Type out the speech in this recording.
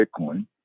Bitcoin